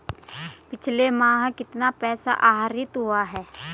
पिछले माह कितना पैसा आहरित हुआ है?